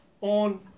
on